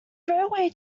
railway